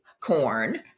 corn